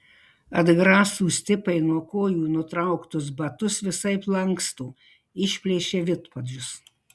atgrasūs tipai nuo kojų nutrauktus batus visaip lanksto išplėšia vidpadžius